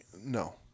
no